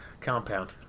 compound